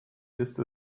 liste